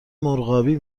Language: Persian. مرغابی